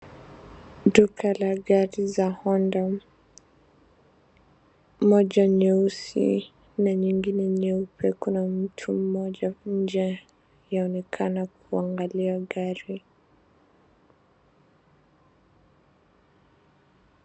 Duka la gari zaa Honda. Moja nyeusi na nyingine nyeupe. Kuna mtu mmoja nje yanaonekana kuangalia gari.